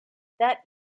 that